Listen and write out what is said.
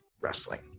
wrestling